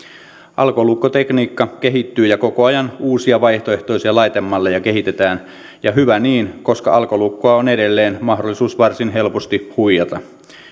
alkolukkotekniikka kehittyy ja koko ajan uusia vaihtoehtoisia laitemalleja kehitetään ja hyvä niin koska alkolukkoa on edelleen mahdollista varsin helposti huijata